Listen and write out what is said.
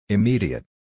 Immediate